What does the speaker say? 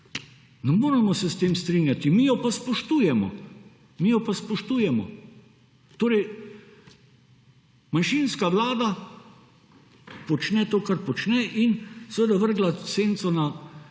Ne moremo se s tem strinjati. Mi jo pa spoštujemo. Torej, manjšinska vlada počne to kar počne in seveda vrgla senco na celo